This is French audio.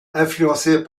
influencés